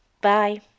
bye